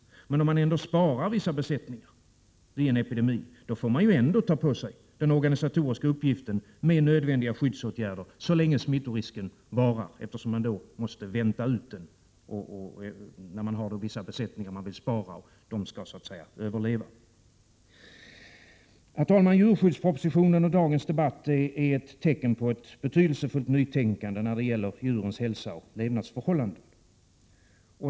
Men om vissa besättningar sparas vid en epidemi, får man ändå ta på sig den organisatoriska uppgiften med nödvändiga skyddsåtgärder så länge smittorisken varar, eftersom man då måste vänta ut den, när man har vissa besättningar som man vill spara och de skall överleva. Herr talman! Djurskyddspropositionen och dagens debatt är ett tecken på ett betydelsefullt nytänkande när det gäller djurens hälsa och levnadsförhållanden.